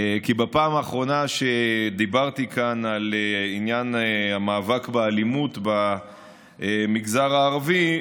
כי בפעם האחרונה שדיברתי כאן על עניין המאבק באלימות במגזר הערבי,